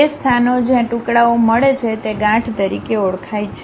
તે સ્થાનો જ્યાં ટુકડાઓ મળે છે તે ગાંઠ તરીકે ઓળખાય છે